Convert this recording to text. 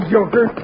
Joker